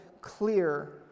clear